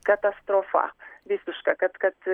katastrofa visiška kad kad